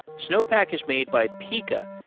snowpack is made by pika,